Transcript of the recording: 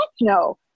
no